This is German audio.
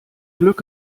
glück